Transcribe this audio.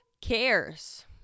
cares